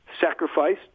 sacrifice